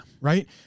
Right